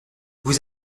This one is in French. vous